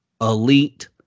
elite